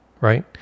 right